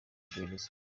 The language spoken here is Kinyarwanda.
iperereza